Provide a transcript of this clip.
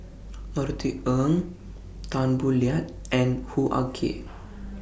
Norothy Ng Tan Boo Liat and Hoo Ah Kay